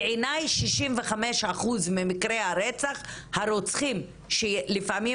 בעיני 65 אחוז ממקרי הרצח הרוצחים שלפעמים